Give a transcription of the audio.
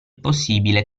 possibile